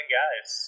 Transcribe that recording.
guys